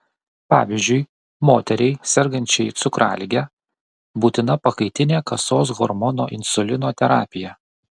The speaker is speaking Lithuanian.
pavyzdžiui moteriai sergančiai cukralige būtina pakaitinė kasos hormono insulino terapija